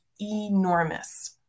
enormous